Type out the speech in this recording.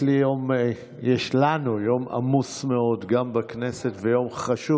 יש לנו יום עמוס מאוד, גם בכנסת, ויום חשוב מאוד.